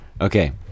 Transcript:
Okay